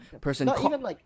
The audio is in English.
Person